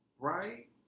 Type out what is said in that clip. Right